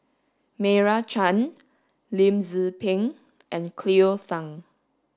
Meira Chand Lim Tze Peng and Cleo Thang